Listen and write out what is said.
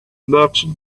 merchant